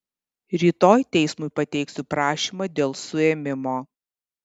rytoj teismui pateiksiu prašymą dėl suėmimo